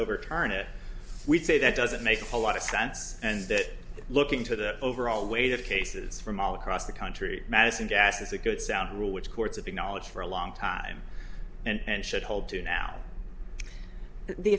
overturn it we'd say that doesn't make a whole lot of sense and that looking to the overall weight of cases from all across the country madison das is a good sound rule which courts if acknowledged for a long time and should hold to now the